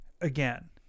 again